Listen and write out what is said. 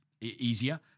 easier